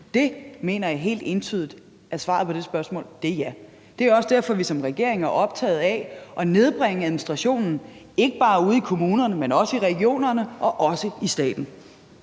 sektor i særdeleshed, er svaret helt entydigt ja. Det er også derfor, at vi som regering er optagede af at nedbringe administrationen, ikke bare ude i kommunerne, men også i regionerne og også i staten.